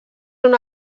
són